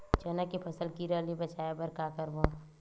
चना के फसल कीरा ले बचाय बर का करबो?